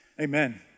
Amen